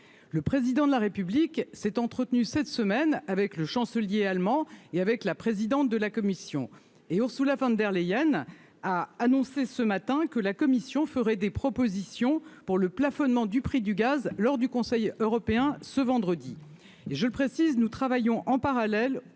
le président de la République s'est entretenu cette semaine avec le chancelier allemand et avec la présidente de la commission et ours ou la femme der Leyen a annoncé ce matin que la Commission ferait des propositions pour le plafonnement du prix du gaz lors du Conseil européen, ce vendredi,